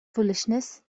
foolishness